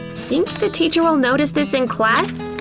think the teacher will notice this in class?